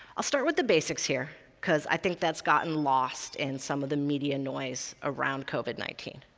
i'll start with the basics here because i think that's gotten lost in some of the media noise around covid nineteen.